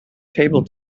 table